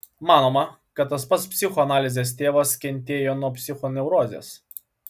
manoma kad pats psichoanalizės tėvas kentėjo nuo psichoneurozės